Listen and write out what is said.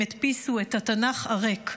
הם הדפיסו את התנ"ך הריק.